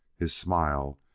his smile,